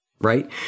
right